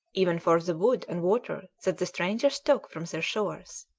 even for the wood and water that the strangers took from their shores.